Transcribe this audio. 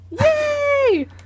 Yay